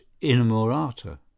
inamorata